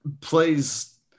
plays